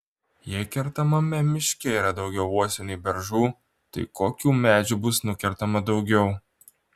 jei kertamame miške yra daugiau uosių nei beržų tai kokių medžių bus nukertama daugiau